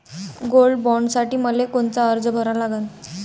Gold बॉण्डसाठी मले कोनचा अर्ज भरा लागन?